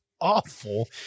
awful